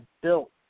built